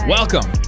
Welcome